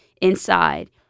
inside